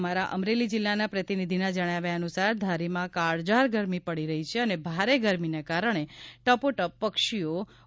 અમારા અમરેલી જિલ્લાના પ્રતિનિધિના જણાવ્યા અનુસાર ધારીમાં કાળજાળ ગરમી પડી રહી છે અને ભારે ગરમીના કારણે ટપોટપ પક્ષીઓ મરી રહ્યા છે